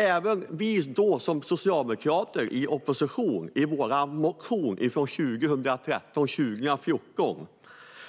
I en motion från 2013/14, när Socialdemokraterna då var i opposition,